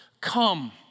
Come